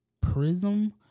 prism